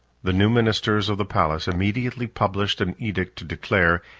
the new ministers of the palace immediately published an edict to declare,